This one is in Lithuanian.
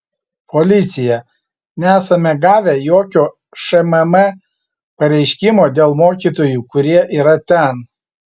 policija nesame gavę jokio šmm pareiškimo dėl mokytojų kurie yra ten